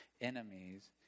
enemies